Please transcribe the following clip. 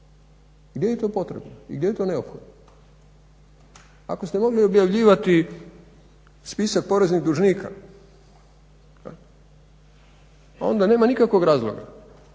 gdje je to potrebno i gdje to neophodno. Ako ste mogli objavljivati spisak poreznih dužnika onda nema nikakvog razloga